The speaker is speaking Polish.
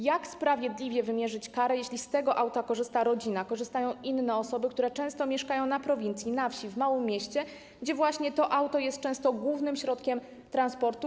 Jak sprawiedliwie wymierzyć karę, jeśli z tego auta korzysta rodzina, korzystają inne osoby, które często mieszkają na prowincji, na wsi, w małym mieście, gdzie właśnie to auto jest często głównym środkiem transportu?